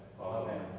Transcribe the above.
Amen